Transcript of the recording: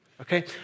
Okay